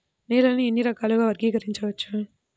నేలని ఎన్ని రకాలుగా వర్గీకరించవచ్చు?